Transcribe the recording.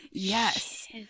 Yes